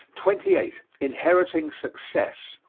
twenty eight. inheriting success.